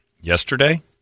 Yesterday